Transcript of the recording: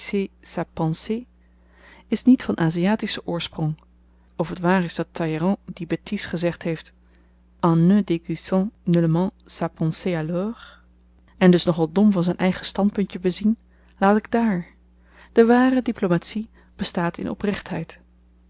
is niet van aziatischen oorsprong of t waar is dat talleyrand die bêtise gezegd heeft en ne déguisant nullement sa pensée alors en dus nogal dom van z'n eigen standpuntje bezien laat ik daar de ware diplomatie bestaat in